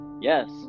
Yes